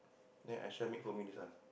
ya Aisyah make for me this one